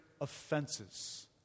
offenses